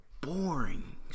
boring